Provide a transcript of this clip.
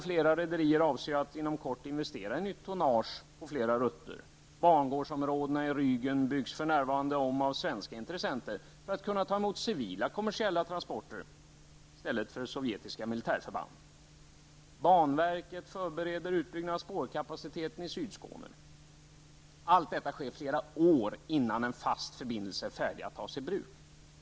Flera rederier avser att inom kort investera i nytt tonnage och flera rutter. Bangårdsområdena i Rügen byggs för närvarande om av svenska intressenter för att kunna ta emot civila kommersiella transporter, i stället för sovjetiska militärförband. Banverket förbereder utbyggnad av spårkapaciteten i Sydskåne. Allt detta sker flera år innan en fast förbindelse är färdig att tas i bruk.